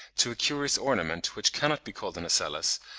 to a curious ornament, which cannot be called an ocellus,